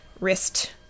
wrist